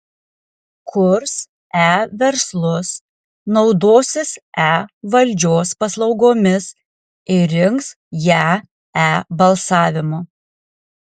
kurs e verslus naudosis e valdžios paslaugomis ir rinks ją e balsavimu